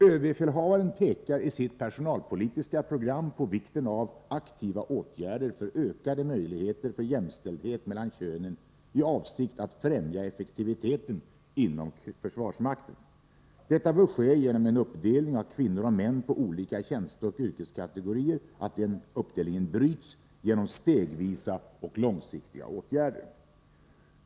Överbefälhavaren pekar i sitt personalpolitiska program på vikten av aktiva åtgärder för ökade möjligheter till jämställdhet mellan könen i avsikt att främja effektiviteten inom försvarsmakten. Detta bör ske genom att uppdelningen av kvinnor och män på olika tjänsteoch yrkeskategorier bryts genom stegvisa och långsiktiga åtgärder.